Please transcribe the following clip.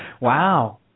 Wow